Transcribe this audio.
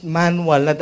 manual